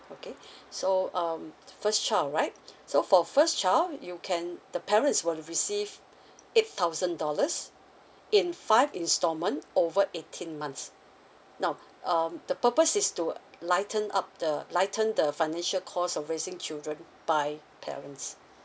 okay so um first child right so for first child you can the parents will receive eight thousand dollars in five instalment over eighteen months now um the purpose is to lighten up the lighten the financial cost of raising children by parents